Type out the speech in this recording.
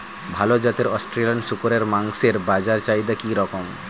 ভাল জাতের অস্ট্রেলিয়ান শূকরের মাংসের বাজার চাহিদা কি রকম?